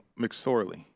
McSorley